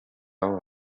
all